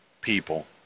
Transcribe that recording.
people